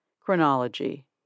Chronology